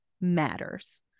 matters